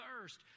thirst